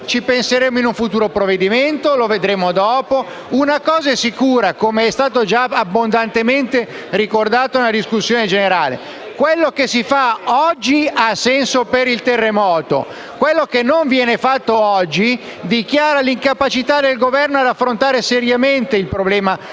ci penserà in un futuro provvedimento, che lo vedrà dopo. Una cosa è certa, com'è stato già abbondantemente ricordato in discussione generale: quello che si fa oggi ha senso per il terremoto; quello che non viene fatto oggi dichiara l'incapacità del Governo nell'affrontare seriamente il problema della